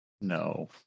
No